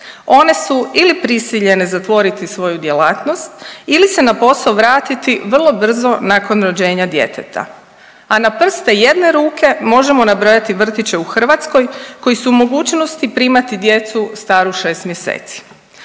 One su ili prisiljene zatvoriti svoju djelatnost ili se na posao vratiti vrlo brzo nakon rođenja djeteta, a na prste jedne ruke možemo nabrojati vrtiće u Hrvatskoj koji su u mogućnosti primati djecu staru 6 mjeseci.